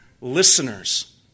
listeners